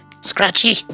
Scratchy